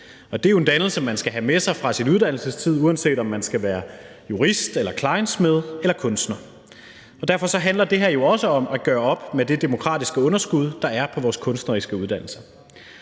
Det er jo en dannelse, man skal have med sig fra sin uddannelsestid, uanset om man skal være jurist eller klejnsmed eller kunstner. Derfor handler det her jo også om at gøre op med det demokratiske underskud, der er på vores kunstneriske uddannelser.